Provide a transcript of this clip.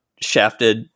shafted